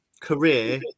career